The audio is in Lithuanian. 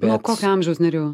nuo kokio amžiaus nerijau